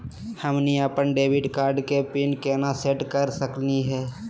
हमनी अपन debit card के पीन केना सेट कर सकली हे?